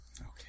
Okay